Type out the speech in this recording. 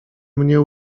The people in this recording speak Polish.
mnie